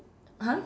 !huh!